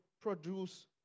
produce